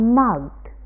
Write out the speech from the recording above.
mugged